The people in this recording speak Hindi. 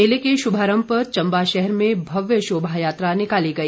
मेले के शुभारम्भ पर चम्बा शहर में भव्य शोभा यात्रा निकाली गई